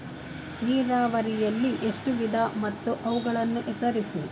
ನೀರಾವರಿಯಲ್ಲಿ ಎಷ್ಟು ವಿಧ ಮತ್ತು ಅವುಗಳನ್ನು ಹೆಸರಿಸಿ?